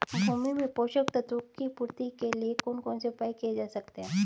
भूमि में पोषक तत्वों की पूर्ति के लिए कौन कौन से उपाय किए जा सकते हैं?